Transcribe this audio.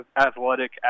athletic